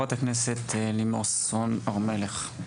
חברת הכנסת, לימור סון הר-מלך.